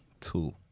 two